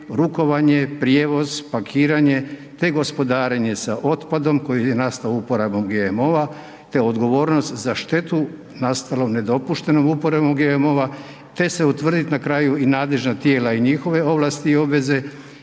rukovanje, prijevoz, pakiranje te gospodarenje sa otpadom koji je nastao uporabom GMO-a te odgovornost za štetu nastalu nedopuštenom uporabom GMO-a te se utvrdit na kraju i nadležna tijela i njihove ovlasti i obveze